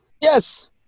Yes